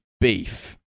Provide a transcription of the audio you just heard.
beef